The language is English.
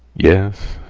yes,